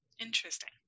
Interesting